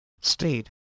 state